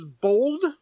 bold